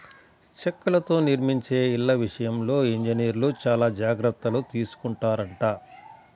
చెక్కలతో నిర్మించే ఇళ్ళ విషయంలో ఇంజనీర్లు చానా జాగర్తలు తీసుకొంటారంట